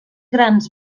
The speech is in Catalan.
grans